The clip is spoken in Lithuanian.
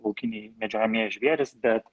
laukiniai medžiojamieji žvėrys bet